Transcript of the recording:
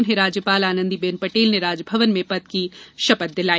उन्हें राज्यपाल आनंदी बेन पटेल ने राजभवन में पद की शपथ दिलाई